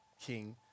King